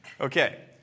Okay